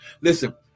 Listen